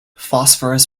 phosphorus